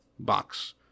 Box